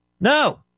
No